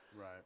Right